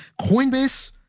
Coinbase